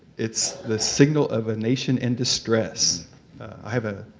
it's the signal of a nation in distress. i have a